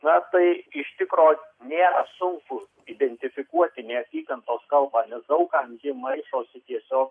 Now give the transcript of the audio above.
na tai iš tikro nėra sunku identifikuoti neapykantos kalbą nes daug kam ji maišosi tiesiog